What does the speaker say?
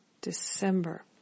December